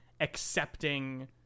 accepting